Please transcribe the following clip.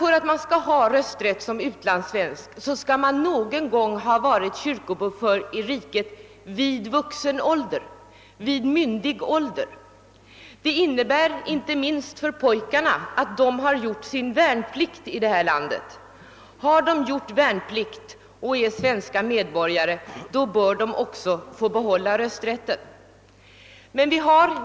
För att ha rösträtt som utlandssvensk skall man enligt min mening någon gång ha varit kyrkobokförd i riket vid vuxen ålder, alltså som myndig. Det innebär inte minst att pojkarna har gjort sin värnplikt här i landet. Har de gjort värnplikt och är svenska medborgare, bör de också få behålla rösträtten.